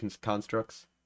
constructs